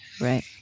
Right